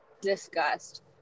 discussed